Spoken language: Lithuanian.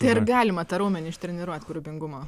tai ar galima tą raumenį ištreniruot kūrybingumo